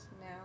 now